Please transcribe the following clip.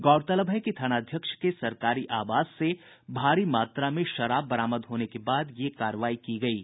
गौरतलब है कि थानाध्यक्ष के सरकारी आवास से भारी मात्रा में शराब बरामद होने के बाद यह कार्रवाई की गयी